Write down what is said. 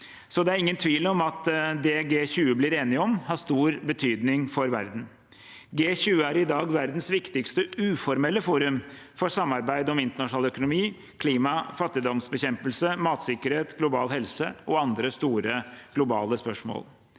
Det er ingen tvil om at det G20 blir enige om, har stor betydning for verden. G20 er i dag verdens viktigste uformelle forum for samarbeid om internasjonal økonomi, klima, fattigdomsbekjempelse, matsikkerhet, global helse og andre store globale spørsmål.